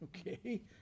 Okay